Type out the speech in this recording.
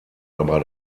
aber